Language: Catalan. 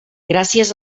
gràcies